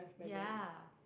ya